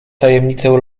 tajemnicę